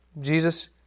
Jesus